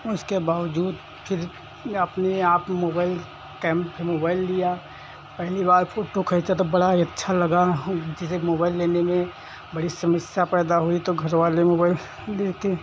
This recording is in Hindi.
उसके बावजूद फिर अपने आप मोबाइल कैम मोबाइल लिया पहली बार फ़ोटो खींचा तो बड़ा अच्छा लगा जैसे मोबाइल लेने में बड़ी समस्या पैदा हुई तो घर वाले मोबाइल देते